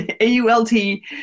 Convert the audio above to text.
A-U-L-T